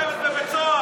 אתה צריך לשבת בבית סוהר.